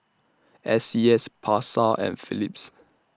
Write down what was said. S C S Pasar and Philips